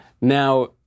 Now